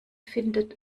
findet